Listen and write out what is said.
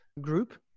group